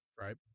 right